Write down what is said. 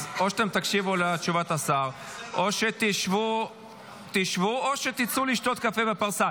אז או שתקשיבו להצעת השר או שתשבו או שתצאו לשתות קפה בפרסה.